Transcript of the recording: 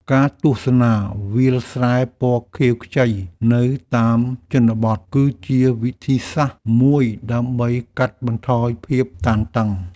ការទស្សនាវាលស្រែពណ៌ខៀវខ្ចីនៅតាមជនបទ គឺជាវិធីសាស្ត្រមួយដើម្បីកាត់បន្ថយភាពតានតឹង។